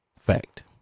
Fact